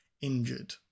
injured